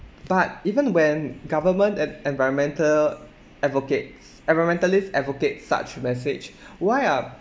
but even when government and environmental advocates environmentalists advocate such message why are